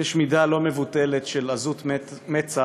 יש מידה לא מבוטלת של עזות מצח,